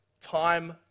Time